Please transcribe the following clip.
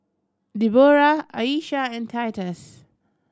Debora Ayesha and Titus